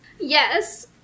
Yes